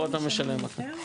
פה אתה משלם אחרת.